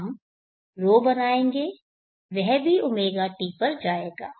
हम 𝜌 बनायेंगे वह भी ɷt पर जायेगा